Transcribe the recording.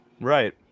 Right